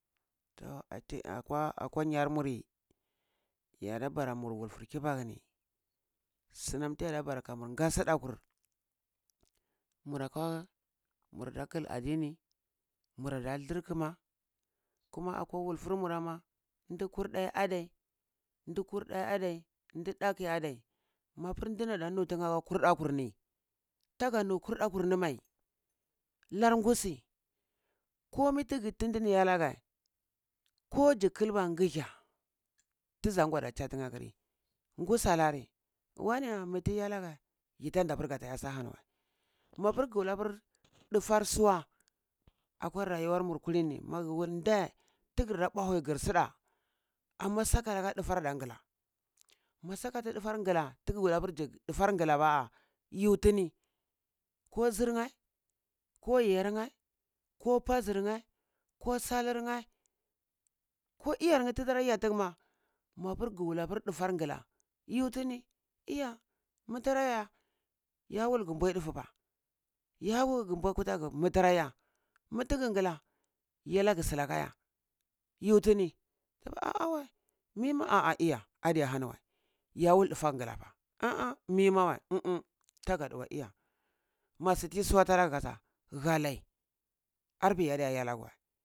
Tor ati akwa nyar muri yada bara mur wulfir kibakyni sinam ta yada bara mur ga sadaq ur mura da murda kar adini mura da thalkama kuma akwa wulfurmurama ndar kulda ma adeh, nda dakwu ma adeh mapiur ndanam a nuteye aka dakur ni taga nhu dakur ni meh lar ngusi kome ti ndini tana enaga ku zi kalba ngahya ta za nwa ka tsatineh akiri ngusa anari wane a mitiya e anaga yi tandi gata e su ahaniwe mapir ga wula apir ndafar suwa akwa rayuwar mu nir kulini ma ga wul ndeh ta garada bwa hawi gar sudah amma saka lakah dafar ada ngala maga wula tadafar ngak ba yuh tini ko zir neh ko yayar neh ko pazir neh ko salir nye ko iyar nye tara yeh tineh mapar ge mulah datar ngala yhju tini iya muh tara eh ya mhul ga mnbwai dufu fa, ya mul ga mboi kutaga fa mhu tara yeh ya whul ga mboi kuta ga fa mutaraye muh taga ngala yi ena ga sulaka yah yah tini ah ah weh mi ma whe ah ah iya diye hani weh ya wul dufaga ngala ah ah mimaweh iye masi tiyi suwati anage haney apir yadaya enagawe.